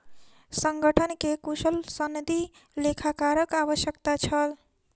संगठन के कुशल सनदी लेखाकारक आवश्यकता छल